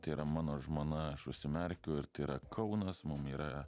tai yra mano žmona aš užsimerkiu ir tai yra kaunas mum yra